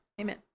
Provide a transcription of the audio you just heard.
Amen